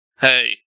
Hey